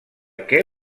què